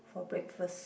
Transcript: for breakfast